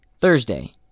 Thursday